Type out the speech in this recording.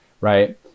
right